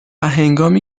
هنگامی